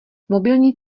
mobilní